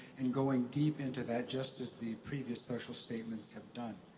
and going deep into that, just as the previous social statements have done.